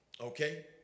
Okay